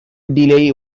delay